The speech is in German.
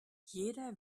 jeder